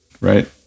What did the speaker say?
right